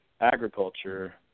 agriculture